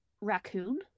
raccoon